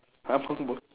abang b~